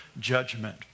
Judgment